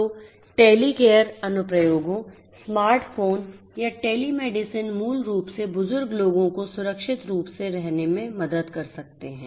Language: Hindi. तो Telecare अनुप्रयोगों स्मार्ट फोन या टेलीमेडिसिन मूल रूप से बुजुर्ग लोगों को सुरक्षित रूप से रहने में मदद कर सकते हैं